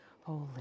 Holy